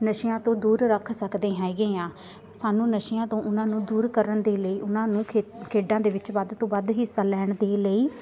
ਨਸ਼ਿਆਂ ਤੋਂ ਦੂਰ ਰੱਖ ਸਕਦੇ ਹੈਗੇ ਹਾਂ ਸਾਨੂੰ ਨਸ਼ਿਆਂ ਤੋਂ ਉਹਨਾਂ ਨੂੰ ਦੂਰ ਕਰਨ ਦੇ ਲਈ ਉਹਨਾਂ ਨੂੰ ਖੇ ਖੇਡਾਂ ਦੇ ਵਿੱਚ ਵੱਧ ਤੋਂ ਵੱਧ ਹਿੱਸਾ ਲੈਣ ਦੇ ਲਈ